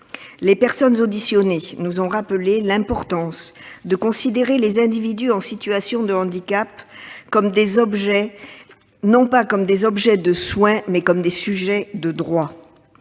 Les personnes auditionnées nous ont rappelé l'importance de considérer les individus en situation de handicap non comme des « objets de soin », mais comme des « sujets de droit